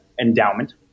endowment